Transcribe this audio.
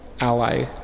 ally